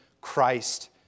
Christ